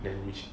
damn witch